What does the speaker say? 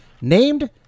named